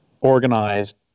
organized